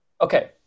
Okay